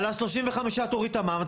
על ה-35% תוריד את המע"מ,